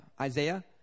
Isaiah